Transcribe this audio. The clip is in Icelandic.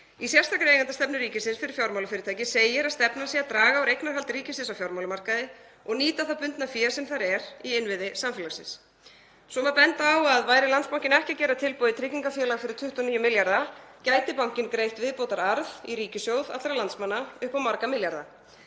Í sérstakri eigendastefnu ríkisins fyrir fjármálafyrirtæki segir að stefnan sé að draga úr eignarhaldi ríkisins á fjármálamarkaði og nýta það bundna fé sem þar er í innviði samfélagsins. Svo má benda á að væri Landsbankinn ekki að gera tilboð í tryggingafélag fyrir 29 milljarða gæti bankinn greitt viðbótararð í ríkissjóð allra landsmanna upp á marga milljarða.